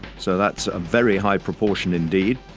so that's a very high proportion indeed.